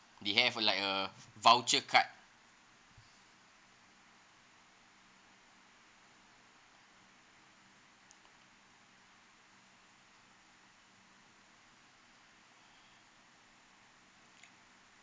they have like a voucher card